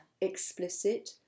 explicit